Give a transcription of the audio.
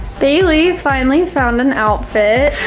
bailey finally found an outfit.